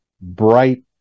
bright